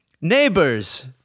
Neighbors